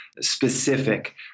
specific